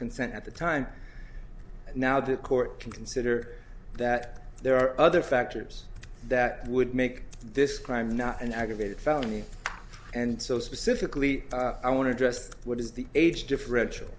consent at the time now the court can consider that there are other factors that would make this crime not an aggravated felony and so specifically i want to address what is the age differential